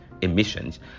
emissions